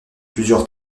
plusieurs